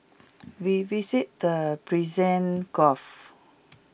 we visited the Persian gulf